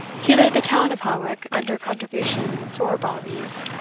he laid the town of hawick under contribution for bawbees,